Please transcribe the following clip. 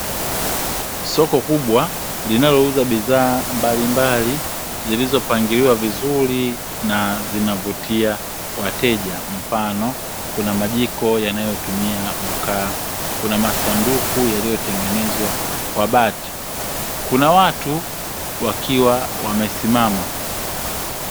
Soko kubwa linalouza bidhaa mbalimbali zilizopangiliwa vizuri na zinavutia wateja mfano kuna majiko yanayotumia mkaa, kuna masanduku yaliyotengenezwa kwa bati, kuna watu wakiwa wamesimama.